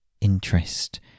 interest